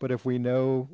but if we know